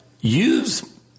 use